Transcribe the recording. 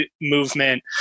movement